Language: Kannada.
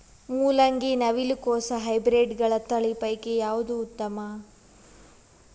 ಮೊಲಂಗಿ, ನವಿಲು ಕೊಸ ಹೈಬ್ರಿಡ್ಗಳ ತಳಿ ಪೈಕಿ ಯಾವದು ಉತ್ತಮ?